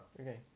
okay